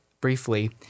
briefly